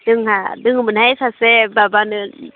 जोंहा दोङोमोनहाय सासे माबानो